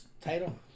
title